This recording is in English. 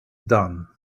done